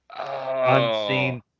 Unseen